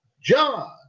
John